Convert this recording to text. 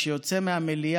כשהוא יוצא מהמליאה,